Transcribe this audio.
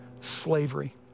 slavery